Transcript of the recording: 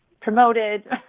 promoted